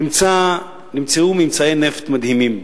נמצאו ממצאי נפט מדהימים.